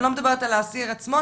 אני לא מדברת על האסיר עצמו,